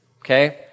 okay